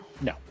No